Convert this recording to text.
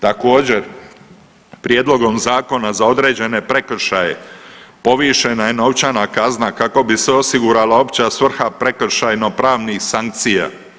Također, prijedlogom zakona za određeni prekršaj povišena je novčana kazna kako bi se osigurala opća svrha prekršajno-pravnih sankcija.